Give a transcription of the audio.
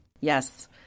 Yes